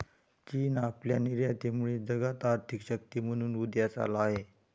चीन आपल्या निर्यातीमुळे जगात आर्थिक शक्ती म्हणून उदयास आला आहे